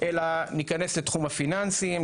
אלא ניכנס לתחום הפיננסים,